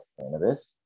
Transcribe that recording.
cannabis